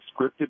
scripted